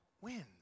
wins